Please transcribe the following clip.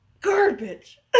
Garbage